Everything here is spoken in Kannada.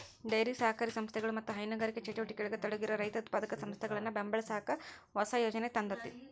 ಡೈರಿ ಸಹಕಾರಿ ಸಂಸ್ಥೆಗಳು ಮತ್ತ ಹೈನುಗಾರಿಕೆ ಚಟುವಟಿಕೆಯೊಳಗ ತೊಡಗಿರೋ ರೈತ ಉತ್ಪಾದಕ ಸಂಸ್ಥೆಗಳನ್ನ ಬೆಂಬಲಸಾಕ ಹೊಸ ಯೋಜನೆ ತಂದೇತಿ